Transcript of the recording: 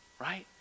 right